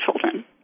children